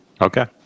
Okay